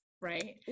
right